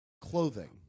clothing